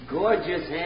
gorgeous